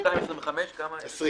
בסדר.